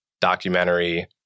documentary